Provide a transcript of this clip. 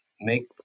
make